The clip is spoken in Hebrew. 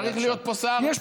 צריך להיות פה שר?